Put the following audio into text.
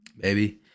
baby